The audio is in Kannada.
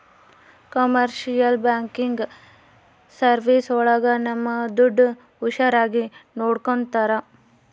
ಕಮರ್ಶಿಯಲ್ ಬ್ಯಾಂಕಿಂಗ್ ಸರ್ವೀಸ್ ಒಳಗ ನಮ್ ದುಡ್ಡು ಹುಷಾರಾಗಿ ನೋಡ್ಕೋತರ